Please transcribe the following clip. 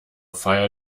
feier